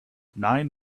nine